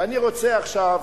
ואני רוצה עכשיו,